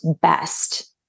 best